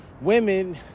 women